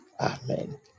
amen